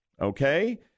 okay